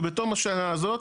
ובתום השנה הזאת,